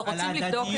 לא, רוצים לבדוק את זה.